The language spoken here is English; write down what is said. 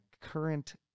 current